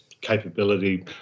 capability